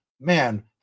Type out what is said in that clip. man